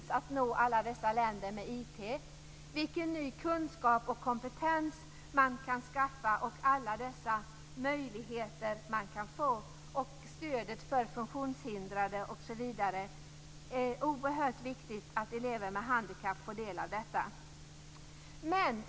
Tänk att nå alla dessa länder med IT! Vilken ny kunskap och kompetens man kan skaffa, och vilka möjligheter man kan få! Det gäller också stödet för funktionshindrade. Det är oerhört viktigt att elever med handikapp får del av detta.